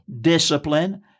discipline